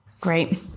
Great